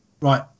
Right